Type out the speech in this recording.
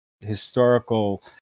historical